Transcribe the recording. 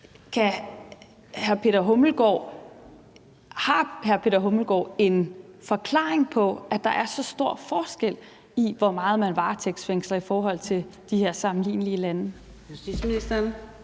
har justitsministeren så en forklaring på, at der er så stor forskel på, hvor meget man varetægtsfængsler i forhold til de her sammenlignelige lande? Kl. 17:55 Fjerde